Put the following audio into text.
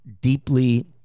deeply